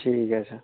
ঠিক আছে